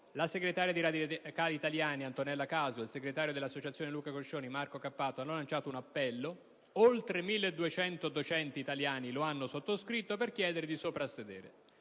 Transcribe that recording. la segretaria dei Radicali italiani Antonella Casu e il segretario dell'Associazione Luca Coscioni Marco Cappato hanno lanciato un appello. Oltre 1.200 docenti italiani lo hanno sottoscritto per chiedere di soprassedere.